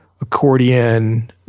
accordion